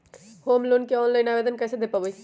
Home loan के online आवेदन कैसे दें पवई?